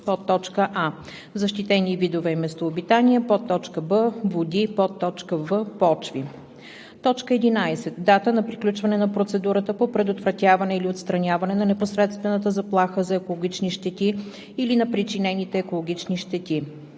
върху: а) защитени видове и местообитания; б) води; в) почва. 11. дата на приключване на процедурата по предотвратяване или отстраняване на непосредствената заплаха за екологични щети или на причинените екологични щети;